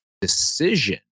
decision